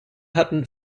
hatten